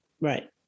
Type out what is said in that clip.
Right